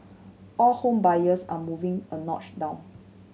all home buyers are moving a notch down